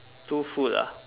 two food ah